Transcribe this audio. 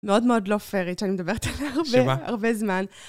מאוד מאוד לא פיירית, אני מדברת עליה הרבה, הרבה זמן.